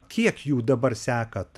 kiek jų dabar sekat